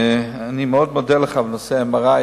אני מאוד מודה לך על השאלה בנושא ה-MRI,